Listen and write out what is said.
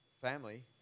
family